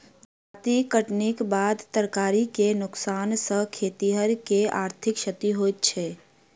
जजाति कटनीक बाद तरकारीक नोकसान सॅ खेतिहर के आर्थिक क्षति होइत छै